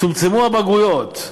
צומצמו הבגרויות,